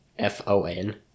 F-O-N